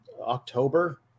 October